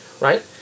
right